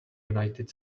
united